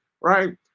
right